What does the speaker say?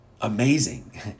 amazing